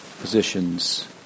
positions